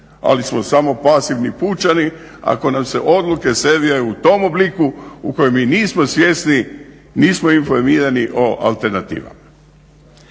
ali smo samo pasivni pučani ako nam se odluke serviraju u tom obliku u kojem mi nismo svjesni, nismo informirani o alternativama.